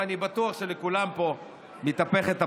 ואני בטוח שלכולם פה מתהפכת הבטן,